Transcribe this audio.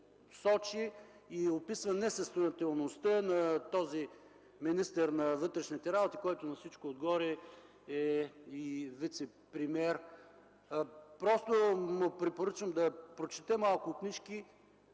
сочи и описва несъстоятелността на този министър на вътрешните работи, който на всичко отгоре е и вицепремиер. Просто му препоръчвам да прочете малко книжки,